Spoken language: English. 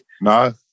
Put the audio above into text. No